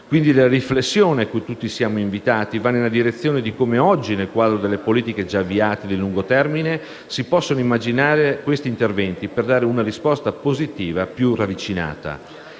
Quindi, la riflessione a cui tutti siamo invitati va nella direzione di come oggi, nel quadro delle politiche già avviate di lungo termine, si possano immaginare questi interventi per dare una risposta positiva più ravvicinata.